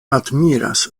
admiras